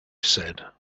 said